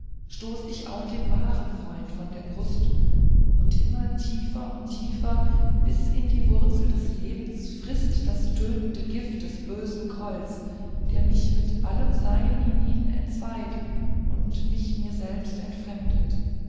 stoß ich auch den wahren freund von der brust und immer tiefer und tiefer bis in die wurzel des lebens frißt das tötende gift des bösen grolls der mich mit allem sein hienieden entzweit mich mir selbst entfremdet